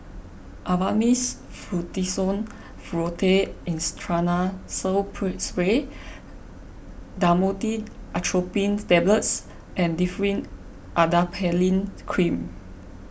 Avamys Fluticasone Furoate Intranasal Spray Dhamotil Atropine Tablets and Differin Adapalene Cream